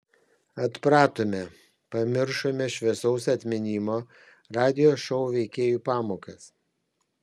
atpratome pamiršome šviesaus atminimo radijo šou veikėjų pamokas